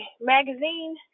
magazine